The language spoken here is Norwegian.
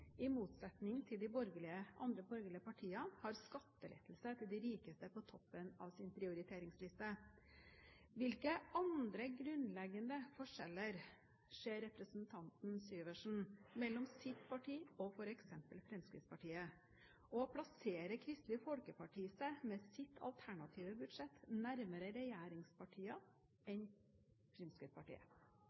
i motsetning til de andre borgerlige partiene, heller ikke denne gangen har skattelettelse til de rikeste på toppen av sin prioriteringsliste. Hvilke andre grunnleggende forskjeller ser representanten Syversen mellom sitt parti og f.eks. Fremskrittspartiet? Og plasserer Kristelig Folkeparti seg med sitt alternative budsjett nærmere regjeringspartiene enn Fremskrittspartiet?